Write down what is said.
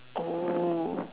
oh